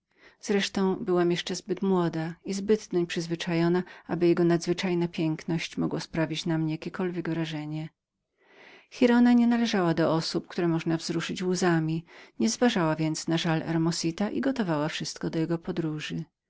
wreszcie byłam jeszcze zbyt młodą i przyzwyczajoną do niego aby jego nadzwyczajna piękność mogła była sprawić na mnie jakiekolwiek wrażenie giralda nie należała do tych osób które można było wzruszyć łzami niezważała więc na żal hermosita i gotowała wszystko do jutrzejszej podróży